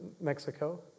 Mexico